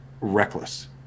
reckless